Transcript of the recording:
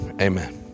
Amen